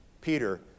Peter